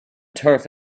turf